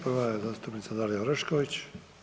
Prva je zastupnica Dalija Orešković.